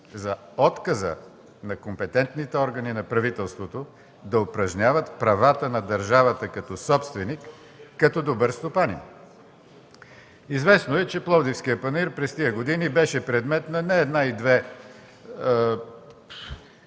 за отказа на компетентните органи, на правителството да упражняват правата на държавата като собственик, като добър стопанин. Известно е, че Пловдивският панаир през тези години беше предмет на не една и две